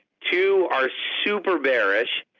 two are super bearish,